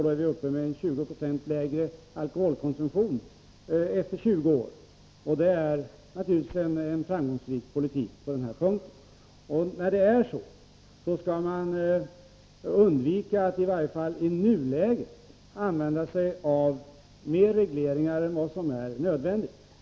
Då är alkoholkonsumtionen 20 9 lägre efter 20 år. Det är naturligtvis en framgångsrik politik. Då skall man undvika att i varje fall i nuläget använda sig av mer regleringar än nödvändigt.